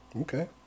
Okay